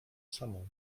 samą